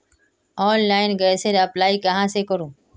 Online गैसेर apply कहाँ से करूम?